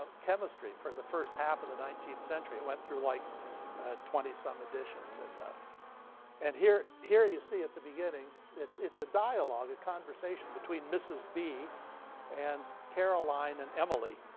ah chemistry, for the first half of the nineteenth century. it went through like twenty some editions. and and here here you see at the beginning it's it's a dialogue, a conversation between mrs. b and caroline and emily,